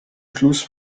schluss